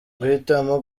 guhitamo